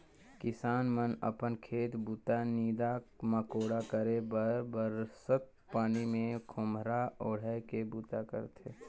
किसान मन अपन खेत बूता, नीदा मकोड़ा करे बर बरसत पानी मे खोम्हरा ओएढ़ के बूता करथे